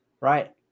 right